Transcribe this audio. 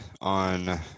on